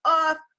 off